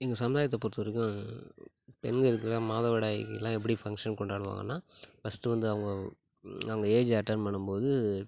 எங்கள் சமுதாயத்தை பொறுத்தவரைக்கும் பெண்களுக்கெலாம் மாதவிடாயில் எப்படி ஃபங்க்ஷன் கொண்டாடுவாங்கன்னால் ஃபர்ஸ்ட் வந்து அவங்க அவங்க ஏஜ் அட்டன் பண்ணும்போது